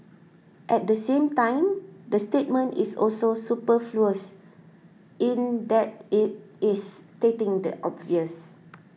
at the same time the statement is also superfluous in that it is stating the obvious